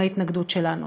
עם ההתנגדות שלנו.